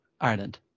Ireland